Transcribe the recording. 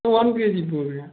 ஆ one KG போதுங்க